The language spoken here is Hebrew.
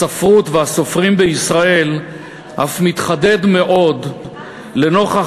הספרות והסופרים בישראל אף מתחדד מאוד לנוכח